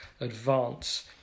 advance